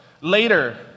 later